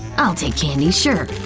i'll take candy, sure.